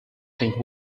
think